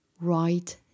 right